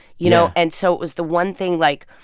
you know? and so it was the one thing like,